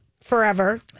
forever